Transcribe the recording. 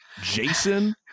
Jason